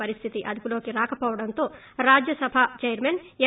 పరిస్థితి అదుపులోకి రాకపోవడంతో రాజ్యసభ చైర్మన్ ఎం